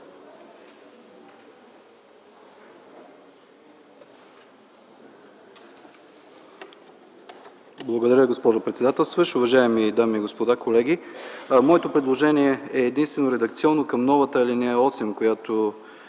Благодаря, госпожо председателстващ. Уважаеми дами и господа, колеги! Моето предложение е редакционно към новата ал. 8, която